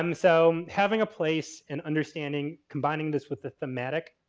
um so, having a place and understanding, combining this with the thematic,